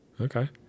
Okay